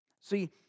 See